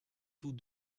tous